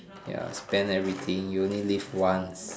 ya spend everything you only live once